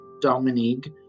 dominique